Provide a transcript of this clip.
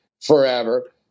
forever